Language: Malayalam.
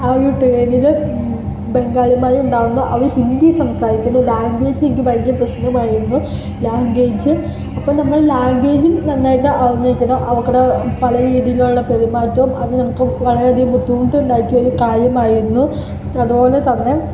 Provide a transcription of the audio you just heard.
ആ ട്രെയിനിൽ ബംഗാളിമാരുണ്ടായിരുന്നു അവർ ഹിന്ദി സംസാരിക്കുന്നു ലാംഗ്വേജ് എനിക്ക് ഭയങ്കര പ്രശ്നമായിരുന്നു ലാംഗ്വേജ് ഇപ്പം നമ്മൾ ലാംഗ്വേജ് നന്നായിട്ട് അറിഞ്ഞിരിക്കണം അവക്കടെ പല രീതിയിലുള്ള പെരുമാറ്റം അത് നമുക്ക് വളരെയധികം ബുദ്ധിമുട്ടുണ്ടാക്കിയ കാര്യമായിരുന്നു അതുപോലെ തന്നെ